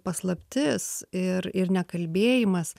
paslaptis ir ir nekalbėjimas